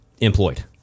employed